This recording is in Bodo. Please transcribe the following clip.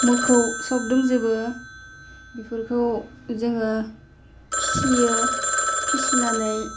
मोखौ सब दंजोबो बिफोरखौ जोङो फिसियो फिसिनानै